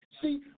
see